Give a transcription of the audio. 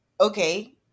okay